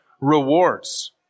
rewards